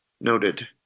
noted